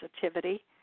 sensitivity